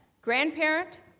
grandparent